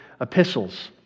epistles